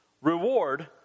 Reward